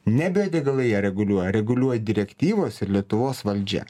ne bio degalai ją reguliuoja reguliuoja direktyvos ir lietuvos valdžia